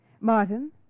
Martin